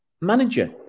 manager